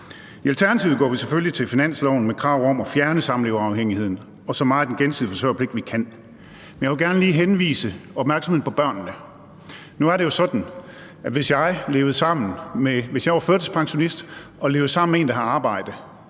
I Alternativet går vi selvfølgelig til finanslovsforhandlingerne med krav om fjerne samleverafhængigheden og så meget af den gensidige forsørgerpligt, som vi kan. Men jeg vil gerne lige henlede opmærksomheden på børnene. Nu er det jo sådan, at jeg, hvis jeg var førtidspensionist og levede sammen med en, der har arbejde,